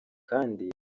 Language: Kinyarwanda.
kandi